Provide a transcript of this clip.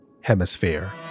hemisphere